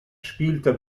spielte